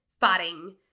fighting